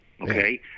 okay